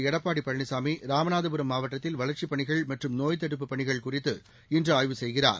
எடப்பாடி பழனிசாமி ராமநாதபுரம் மாவட்டத்தில் வளர்ச்சிப் பணிகள் மற்றும் நோய்த் தடுப்புப் பணிகள் குறித்து இன்று ஆய்வு செய்கிறார்